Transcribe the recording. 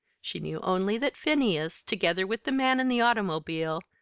she knew only that phineas, together with the man and the automobile,